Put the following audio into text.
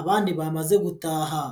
abandi bamaze gutaha.